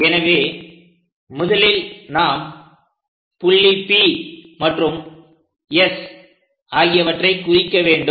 எனவே முதலில் நாம் புள்ளி P மற்றும் S ஆகியவற்றைக் குறிக்க வேண்டும்